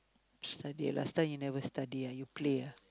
study ah last time you never study ah you play ah